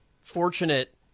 fortunate